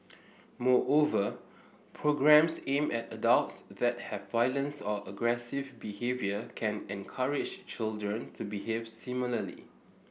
moreover programmes aimed at adults that have violence or aggressive behaviour can encourage children to behave similarly